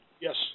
Yes